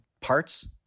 parts